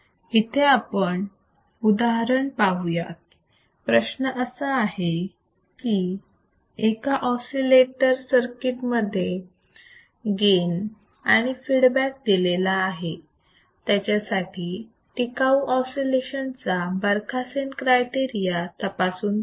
इथे आपण उदाहरण पाहूयात प्रश्न असा आहे की एका ऑसिलेटर सर्किट मध्ये गेन आणि फीडबॅक दिलेला आहे त्याच्यासाठी टिकाऊ ऑसिलेशन चा बरखासेन क्रायटेरिया तपासून पहा